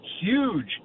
huge